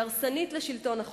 היא הרסנית לשלטון החוק,